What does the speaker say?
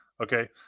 Okay